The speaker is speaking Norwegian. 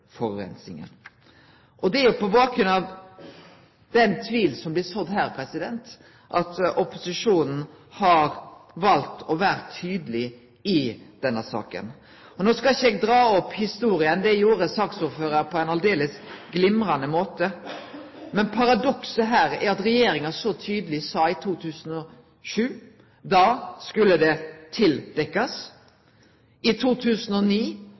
Det er på bakgrunn av den tvilen som blir sådd her, at opposisjonen har valt å vere tydeleg i denne saka. No skal ikkje eg dra opp historia, det gjorde saksordføraren på ein aldeles glimrande måte, men paradokset her er at regjeringa så tydeleg sa i 2007 at det skulle dekkjast til. I 2009